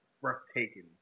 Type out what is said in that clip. breathtaking